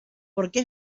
porque